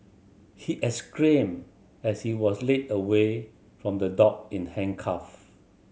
he exclaimed as he was led away from the dock in handcuff